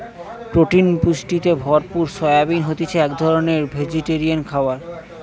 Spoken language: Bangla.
প্রোটিন পুষ্টিতে ভরপুর সয়াবিন হতিছে এক ধরণকার ভেজিটেরিয়ান খাবার